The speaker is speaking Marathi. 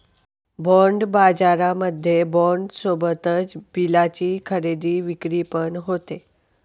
बाँड बाजारामध्ये बाँड सोबतच बिलाची खरेदी विक्री पण होते